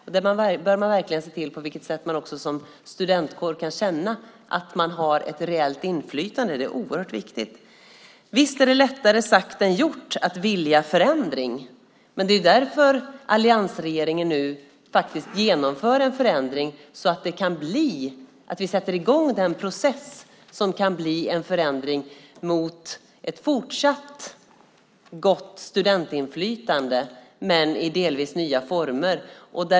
Man bör verkligen se till på vilket sätt man som studentkår kan känna att man har ett reellt inflytande. Det är oerhört viktigt. Visst är det lättare sagt än gjort att vilja förändring. Det är därför alliansregeringen nu sätter i gång den process som kan bli en förändring mot ett fortsatt gott studentinflytande men i delvis nya former.